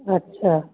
अछा